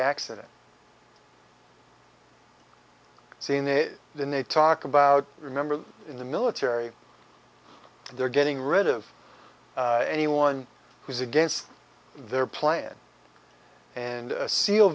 accident seen a then they talk about remember in the military they're getting rid of anyone who's against their plan and seal